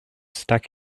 stuck